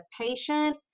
patient